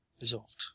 resolved